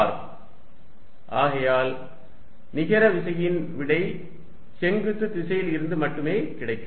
Fqλdl4π01h2R2 Fcosθqλ4π0hh2R232dl dl2πR ஆகையால் நிகர விசையின் விடை செங்குத்து திசையில் இருந்து மட்டுமே கிடைக்கும்